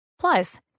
Plus